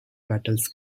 battles